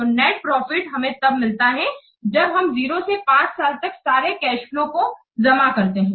तो net profit हमें तब मिलता है जब हम 0 से 5 साल तक सारे कैश फ्लोज को जमा करते हैं